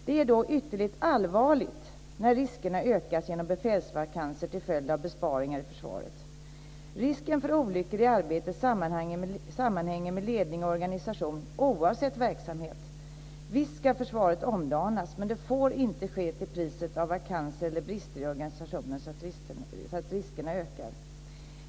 Det är då ytterligt allvarligt när riskerna ökas genom befälsvakanser till följd av besparingar i försvaret. Risken för olyckor i arbetet sammanhänger med ledning och organisation oavsett verksamhet. Visst ska försvaret omdanas. Men det får inte ske till priset av vakanser eller brister i organisationen så att riskerna ökar.